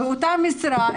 באותה משרה,